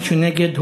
מי שנגד,